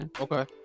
Okay